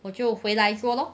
我就回来做 lor